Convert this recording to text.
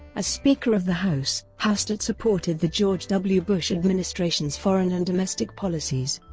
as speaker of the house, hastert supported the george w. bush administration's foreign and domestic policies.